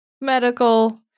medical